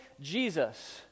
Jesus